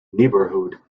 neighbourhood